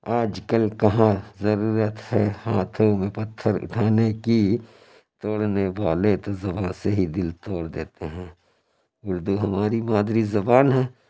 آج کل کہاں ضرورت ہے ہاتھوں میں پتھر اٹھانے کی توڑنے والے تو زبان سے ہی دل توڑ دیتے ہیں اردو ہماری مادری زبان ہے